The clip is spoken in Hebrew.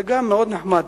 זה גם מאוד נחמד.